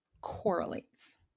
correlates